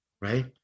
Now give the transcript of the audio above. right